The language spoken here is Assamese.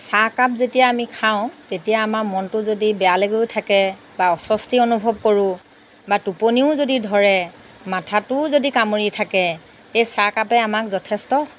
চাহকাপ যেতিয়া আমি খাওঁ তেতিয়া আমাৰ মনটো যদি বেয়া লাগিও থাকে বা অস্বস্তি অনুভৱ কৰোঁ বা টোপনিও যদি ধৰে মাথাটোও যদি কামুৰি থাকে এই চাহকাপে আমাক যথেষ্ট